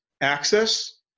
access